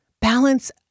balance